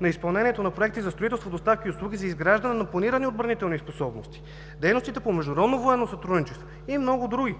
на изпълнението на проекти за строителство, доставки и услуги за изграждане на планирани отбранителни способности; дейностите по международно военно сътрудничество и много други.“